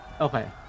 Okay